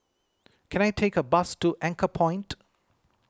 can I take a bus to Anchorpoint